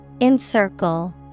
Encircle